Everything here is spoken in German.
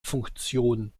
funktion